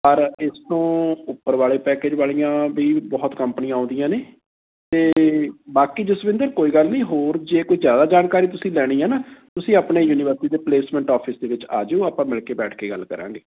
ਪਰ ਇਸ ਤੋਂ ਉੱਪਰ ਵਾਲੇ ਪੈਕੇਜ ਵਾਲੀਆਂ ਵੀ ਬਹੁਤ ਕੰਪਨੀਆਂ ਆਉਂਦੀਆਂ ਨੇ ਅਤੇ ਬਾਕੀ ਜਸਵਿੰਦਰ ਕੋਈ ਗੱਲ ਨਹੀਂ ਹੋਰ ਜੇ ਕੋਈ ਜ਼ਿਆਦਾ ਜਾਣਕਾਰੀ ਤੁਸੀਂ ਲੈਣੀ ਹੈ ਨਾ ਤੁਸੀਂ ਆਪਣੇ ਯੂਨੀਵਰਸਿਟੀ ਦੇ ਪਲੇਸਮੈਂਟ ਔਫ਼ਿਸ ਦੇ ਵਿੱਚ ਆ ਜਿਓ ਆਪਾਂ ਮਿਲ ਕੇ ਬੈਠ ਕੇ ਗੱਲ ਕਰਾਂਗੇ